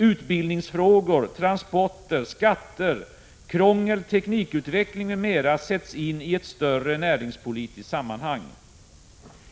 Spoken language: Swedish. Utbildningsfrågor, transporter, skatter, krångel, teknikutveckling m.m. sätts in i ett större näringspolitiskt sammanhang.